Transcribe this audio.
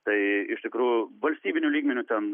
tai iš tikrųjų valstybiniu lygmeniu ten